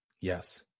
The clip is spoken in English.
Yes